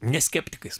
ne skeptikais